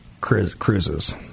cruises